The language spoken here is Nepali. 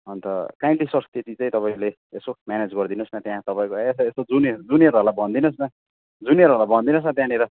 अन्त काइन्डली सर त्यति चाहिँ तपाईँले यसो म्यानेज गरिदिनुहोस् न त्यहाँ तपाईँको यसो जुनियर जुनियरहरूलाई भनिदिनुहोस् न जुनियरहरूलाई भनिदिनुहोस् न त्यहाँनिर